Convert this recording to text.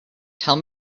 tell